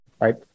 right